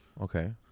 Okay